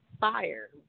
fire